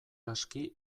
aski